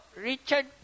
Richard